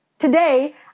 Today